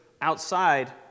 outside